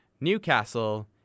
Newcastle